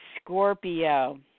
Scorpio